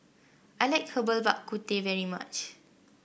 I like Herbal Bak Ku Teh very much